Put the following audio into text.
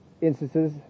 instances